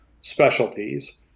specialties